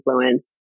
influence